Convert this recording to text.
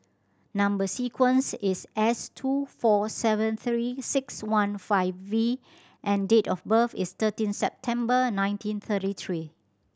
number sequence is S two four seven Three Six One five V and date of birth is thirteen September nineteen thirty three